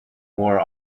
wore